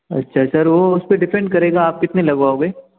अच्छा सर वह उस पर डिपेंड करेगा आप कितने लगवाओगे